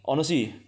honestly